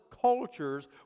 cultures